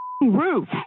roof